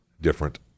different